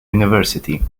university